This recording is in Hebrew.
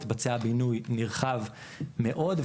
התבצע בינוי נרחב מאוד,